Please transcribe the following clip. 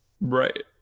Right